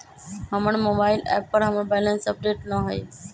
हमर mobile app पर हमर बैलेंस अपडेट न हई